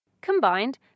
Combined